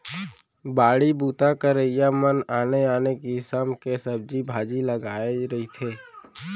बाड़ी बूता करइया मन ह आने आने किसम के सब्जी भाजी लगाए रहिथे